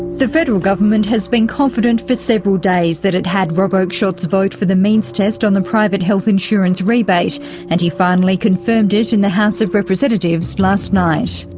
the federal government has been confident for several days that it had rob oakeshott's vote for the means test on the private health insurance rebate and he finally confirmed it in the house of representatives last night.